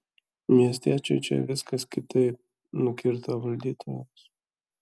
miestiečiui čia viskas kitaip nukirto valdytojas